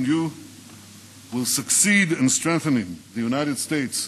you will succeed in strengthening the United States,